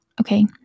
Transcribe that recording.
okay